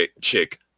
Chick